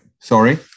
sorry